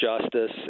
justice